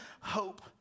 hope